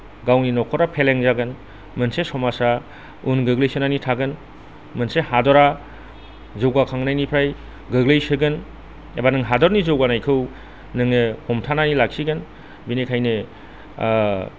गावनि न'खरा फेलें जागोन मोनसे समाजा उन गोग्लैसोनानै थागोन मोनसे हादरा जौगाखांनायनिफ्राय गोग्लैसोगोन एबा नों हादरनि जौगानायखौ नोङो हमथानाय लाखिगोन बेनिखायनो